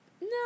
No